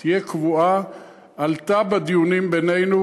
תהיה קבועה עלתה בדיונים בינינו,